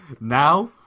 Now